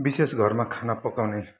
विशेष घरमा पकाउने